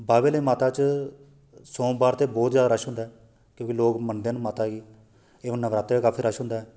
बाह्वे आह्ली माता च सोमबार ते बहूत ज्यादा रश होंदा ऐ क्योंकि लोक मनदे न माता गी हून नवरात्रे दा काफी रश होंदा ऐ